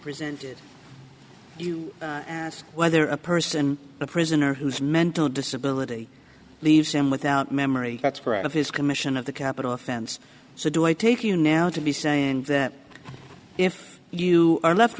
presented you ask whether a person a prisoner who has mental disability leaves him without memory that's right of his commission of the capital offense so do i take you now to be saying that if you are left